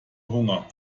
hunger